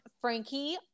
Frankie